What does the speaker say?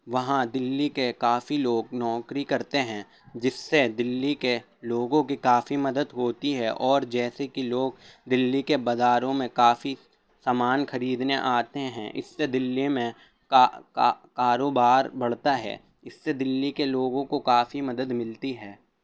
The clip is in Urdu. وہاں دلی کے کافی لوگ نوکری کرتے ہیں جس سے دلی کے لوگوں کی کافی مدد ہوتی ہے اور جیسے کہ لوگ دلی کے بزاروں میں کافی سامانا خریدنے آتے ہیں اس سے دلی میں کاروبار بڑھتا ہے اس سے دلی کے لوگوں کو کافی مدد ملتی ہے